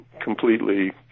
completely